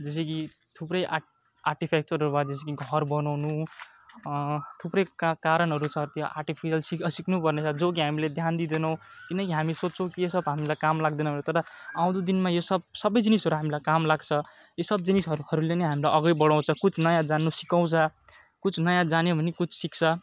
जस्तो कि थुप्रो आर्टि आर्टिटेक्चरहरू भयो जस्तो कि घर बनाउनु थु प्रै का कारणहरू छ त्यो आर्टिफिसियल सि सिक्नु पर्नेछ जो कि हामीले ध्यान दिँदैनौँ किनकि हामी सौच्छौँ कि यो सबा हामीलाई काम लाग्दैन भनेर तर आउँदो दिनमा यो सब सबै जिनिसहरू हामीलाई काम लाग्छ यो सब जिनिसहरू हरूले नै हामीलाई अगाडि बढाउँछ कुछ नयाँ जान्नु सिकाउँछ कुछ नयाँ जाने भन्यो कुछ सिक्छ